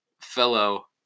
fellow